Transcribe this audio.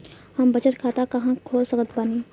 हम बचत खाता कहां खोल सकत बानी?